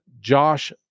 Josh